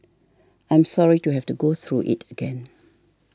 I'm sorry to have to go through it again